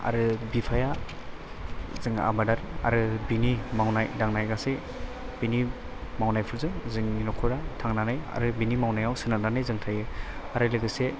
आरो बिफाया जोंना आबादारि आरो बिनि मावनाय दांनाय गासै बेनि मावनायफोरजों जोंनि न'खरा थांनानै आरो बेनि मावनायाव सोनारनानै जों थायो आरो लोगोसे